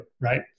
right